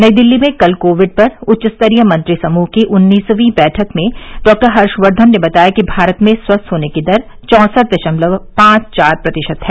नई दिल्ली में कल कोविड पर उच्च स्तरीय मंत्री समूह की उन्नीसवीं बैठक में डॉक्टर हर्षवर्धन ने बताया कि भारत में स्वस्थ होने की दर चौंसठ दशमलव पांच चार प्रतिशत है